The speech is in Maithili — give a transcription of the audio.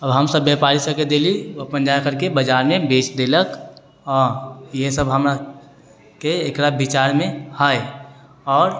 हम सभ व्यापारी सभके देलीह ओ अपन जाकरके बजारमे बेचि देलक हँ एहि सभ हमराके एकरा विचारमे है आओर